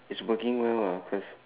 it's working well ah cause